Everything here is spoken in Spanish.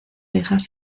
hijas